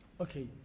Okay